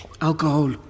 Alcohol